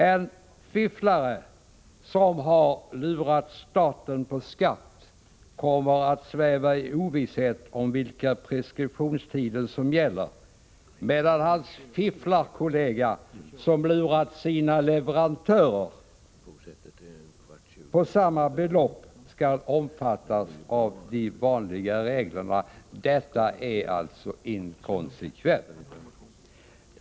En fifflare som har lurat staten på skatt kommer att sväva i ovisshet om vilka preskriptionstider som gäller medan hans fifflarkollega, som lurade sina leverantörer på samma belopp, skall omfattas av de vanliga reglerna. Det är alltså inkonsekvent.